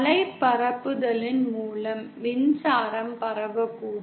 அலை பரப்புதலின் மூலம் மின்சாரம் பரவக்கூடும்